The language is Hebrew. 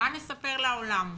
מה נספר לעולם?